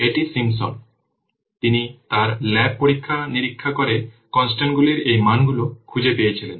এটি Simpson তিনি তার ল্যাবে পরীক্ষা নিরীক্ষা করে কন্সট্যান্টগুলির এই মানগুলি খুঁজে পেয়েছিলেন